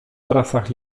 trasach